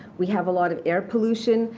we have a lot of air pollution.